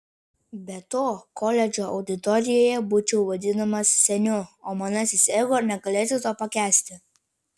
be to koledžo auditorijoje būčiau vadinamas seniu o manasis ego negalėtų to pakęsti